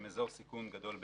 הם אזור סיכון גדול ביותר.